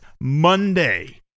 Monday